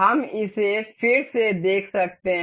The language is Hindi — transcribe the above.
हम इसे फिर से देख सकते हैं